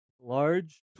Large